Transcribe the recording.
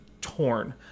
torn